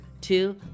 two